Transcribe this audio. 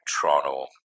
Toronto